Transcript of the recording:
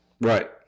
Right